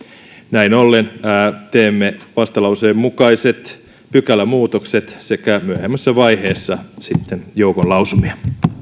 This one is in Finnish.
näin ollen teemme vastalauseen mukaiset pykälämuutokset sekä myöhemmässä vaiheessa sitten joukon lausumia